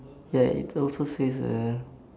ya it also says uh